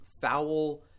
foul